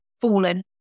fallen